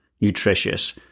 nutritious